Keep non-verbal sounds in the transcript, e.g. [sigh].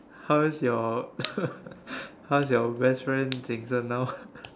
how's your [laughs] how's your best friend Jason now